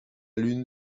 lune